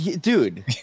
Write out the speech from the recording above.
dude